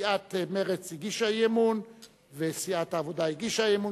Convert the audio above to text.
סיעת מרצ הגישה אי-אמון וסיעת העבודה הגישה אי-אמון,